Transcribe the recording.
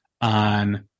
on